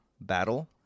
battle